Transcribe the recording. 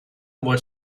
were